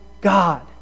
God